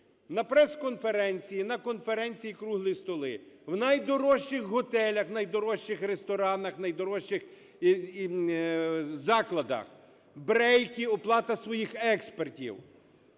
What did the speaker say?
на прес-конференції, на конференції і круглі столи: у найдорожчих готелях, у найдорожчих ресторанах, у найдорожчих закладах. Брейки і оплата своїх експертів,